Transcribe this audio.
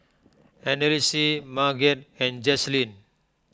Annalise Marget and Jazlyn